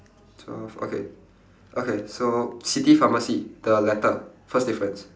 twelve okay okay so city pharmacy the letter first difference